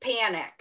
panic